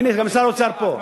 הנה, גם שר האוצר פה.